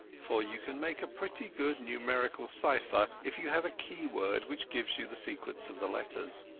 for you can make a pretty good numerical cypher if you have a key word which gives you the sequence of the letters.